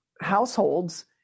households